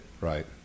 Right